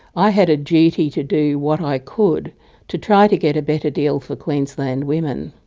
i had a duty to do what i could to try to get a better deal for queensland women.